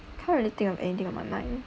can't really think of anything on my mind